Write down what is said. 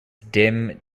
dim